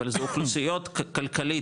אבל זה אוכלוסיות כלכלית,